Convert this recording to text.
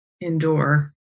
indoor